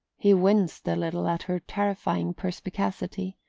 he winced a little at her terrifying perspicacity,